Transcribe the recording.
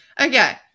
Okay